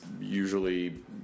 usually